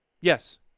Yes